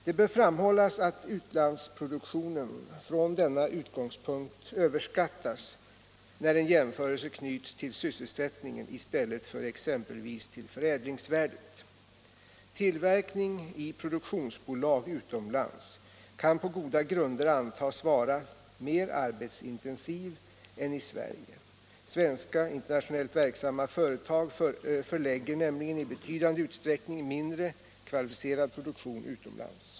Det bör framhållas att utlandsproduktionen från denna utgångspunkt överskattas när en jämförelse knyts till sysselsättningen i stället för exempelvis till förädlingsvärdet. Tillverkning i produktionsbolag utomlands kan på goda grunder antas vara mer arbetsintensiv än i Sverige. Svenska internationellt verksamma företag förlägger nämligen i betydande utsträckning mindre kvalificerad produktion utomlands.